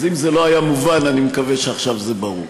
אם זה לא היה מובן אני מקווה שעכשיו זה ברור.